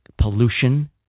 pollution